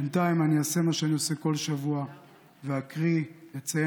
בינתיים אני אעשה מה שאני עושה בכל שבוע ואקריא ואציין